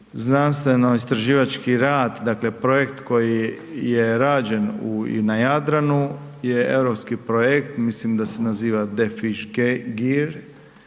znanstveno istraživački rad projekt koji je rađen na Jadranu je europski projekt, mislim da se naziva „DeFisherGear“